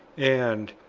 and,